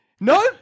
No